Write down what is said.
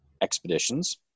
expeditions